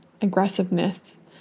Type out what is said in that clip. aggressiveness